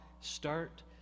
start